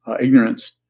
ignorance